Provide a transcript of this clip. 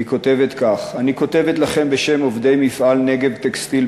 והיא כותבת כך: אני כותבת לכם בשם עובדי מפעל "נגב טקסטיל"